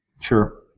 Sure